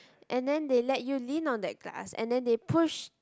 and then they let you lean on that glass and then they push